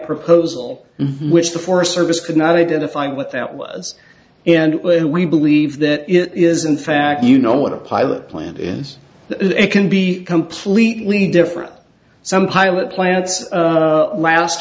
proposal which the forest service could not identify what that was and when we believe that it is in fact you know what a pilot plant is it can be completely different some pilot plants last